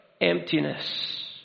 emptiness